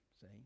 see